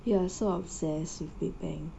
you are so obsessed with big bang